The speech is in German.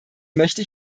möchte